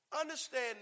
Understand